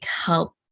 help